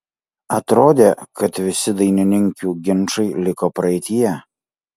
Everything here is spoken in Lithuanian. atrodė kad visi dainininkių ginčai liko praeityje